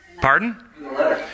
Pardon